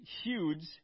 huge